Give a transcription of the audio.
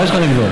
מה יש לך נגדו?